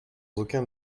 aucun